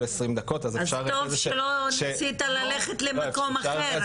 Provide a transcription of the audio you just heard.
עשרים דקות- -- אז טוב שלא ניסית ללכת למקום אחר,